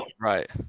Right